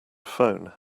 phone